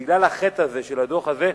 בגלל החטא הזה, של הדוח הזה,